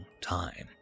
time